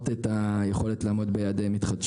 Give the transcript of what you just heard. ברכבת אתם משקיעים מיליארדים; מה הבעיה?